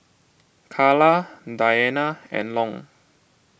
Carla Diana and Long